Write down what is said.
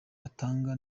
batanga